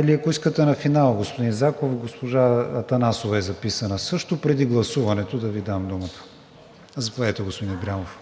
Или ако искате на финала, господин Заков. Госпожа Атанасова е записана също. Преди гласуването да Ви дам думата. Заповядайте, господин Ибрямов.